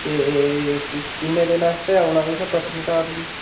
ते तुसें किन्ने दिनें आस्तै औना तुसें पत्नीटाप गी